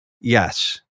Yes